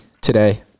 today